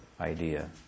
idea